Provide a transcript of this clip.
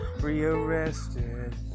Rearrested